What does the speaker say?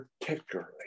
particularly